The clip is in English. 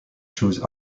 chose